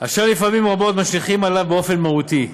אשר לפעמים רבות משליכים עליו באופן מהותי,